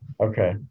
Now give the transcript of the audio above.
Okay